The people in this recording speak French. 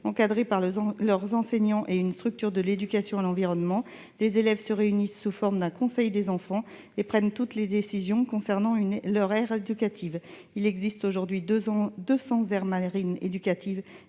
encadrés par leurs enseignants et par une structure de l'éducation à l'environnement, se réunissent sous forme d'un « conseil des enfants » et prennent toutes les décisions concernant leur aire éducative. Il existe aujourd'hui 200 aires marines éducatives